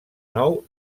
nou